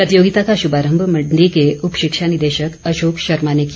प्रतियोगिता का शुभारंभ मंडी के उप शिक्षा निदेशक अशोक शर्मा ने किया